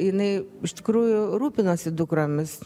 jinai iš tikrųjų rūpinosi dukromis